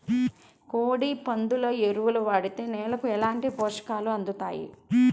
కోడి, పందుల ఎరువు వాడితే నేలకు ఎలాంటి పోషకాలు అందుతాయి